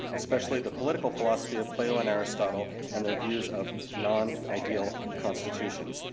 especially the political philosophy of plato and aristotle, and their views of non-ideal constitutions,